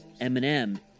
Eminem